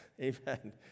Amen